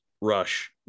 rush